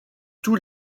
tous